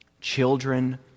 children